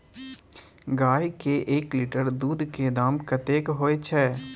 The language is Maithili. गाय के एक लीटर दूध के दाम कतेक होय छै?